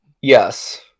Yes